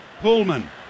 Pullman